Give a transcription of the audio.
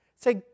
Say